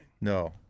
No